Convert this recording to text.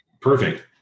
Perfect